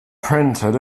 printed